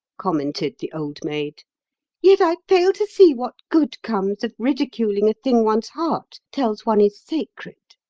commented the old maid yet i fail to see what good comes of ridiculing a thing one's heart tells one is sacred.